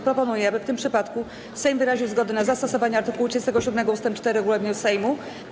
Proponuję, aby w tym przypadku Sejm wyraził zgodę na zastosowanie art. 37 ust. 4 regulaminu Sejmu.